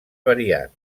variat